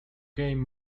game